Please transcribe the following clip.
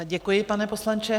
Děkuji, pane poslanče.